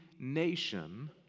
nation